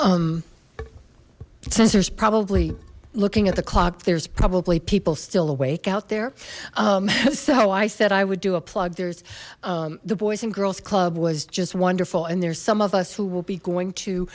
vincent since there's probably looking at the clock there's probably people still awake out there so i said i would do a plug there's the boys and girls club was just wonderful and there's some of us who will be going to